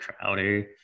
Crowder